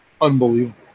unbelievable